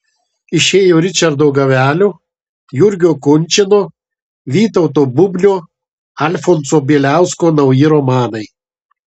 išėjo ričardo gavelio jurgio kunčino vytauto bubnio alfonso bieliausko nauji romanai